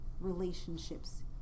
relationships